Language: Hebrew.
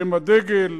שהם הדגל,